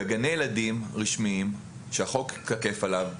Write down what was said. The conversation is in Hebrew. בגני ילדים רשמיים שהחוק תקף עליהם,